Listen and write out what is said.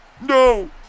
No